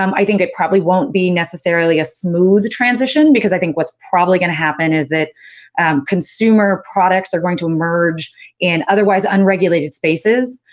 um i think that probably won't be necessarily a smooth transition, because i think what's probably going to happen is that consumer products are going to emerge in otherwise unregulated spaces.